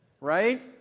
right